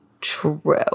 true